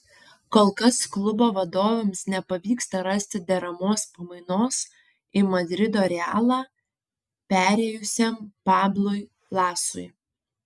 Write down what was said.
kol kas klubo vadovams nepavyksta rasti deramos pamainos į madrido realą perėjusiam pablui lasui